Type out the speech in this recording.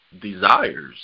desires